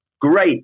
Great